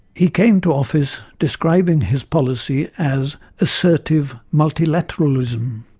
he came to office describing his policy as assertive multilateralism,